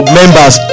members